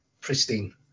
pristine